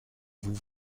vous